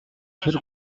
тэр